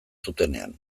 zutenean